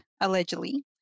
allegedly